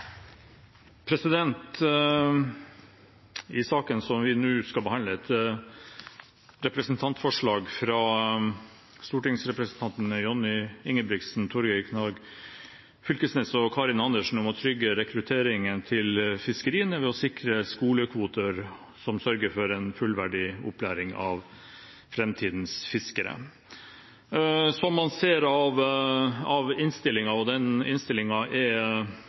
Karin Andersen om å trygge rekrutteringen til fiskeriene ved å sikre skolekvoter som sørger for en fullverdig opplæring av framtidens fiskere. Som man ser av innstillingen – og den innstillingen er